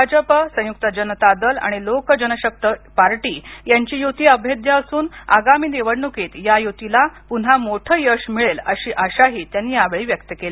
भाजप संयुक्त जनतादल आणि लोक जनशक्ती पार्टी यांची युती अभेद्य असून आगामी निवडणुकीत या युतीला पुन्हा मोठ यश मिळेल अशी अशा ही त्यांनी या वेळी व्यक्त केली